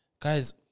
guys